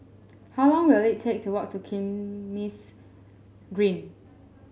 how long will it take to walk to Kismis Green